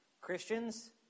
Christians